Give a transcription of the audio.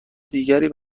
دیگری